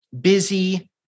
busy